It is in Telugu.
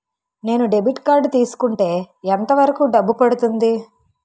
నేను డెబిట్ కార్డ్ తీసుకుంటే ఎంత వరకు డబ్బు పడుతుంది?